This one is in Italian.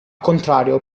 contrario